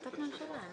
בהחלטות הממשלה.